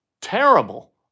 terrible